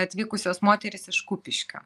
atvykusios moterys iš kupiškio